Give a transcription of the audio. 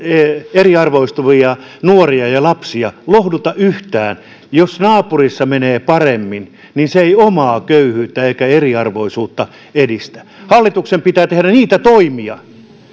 eriarvoistuvia nuoria ja lapsia lohduta yhtään jos naapurissa menee paremmin niin se ei omaa köyhyyttä eikä eriarvoisuutta edistä hallituksen pitää tehdä niitä toimia